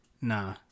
nah